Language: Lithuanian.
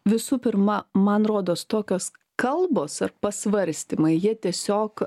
visų pirma man rodos tokios kalbos ar pasvarstymai jie tiesiog